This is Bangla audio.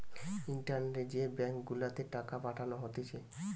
ইন্টারনেটে যে ব্যাঙ্ক গুলাতে টাকা পাঠানো হতিছে